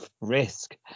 risk